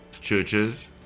churches